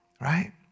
right